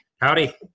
howdy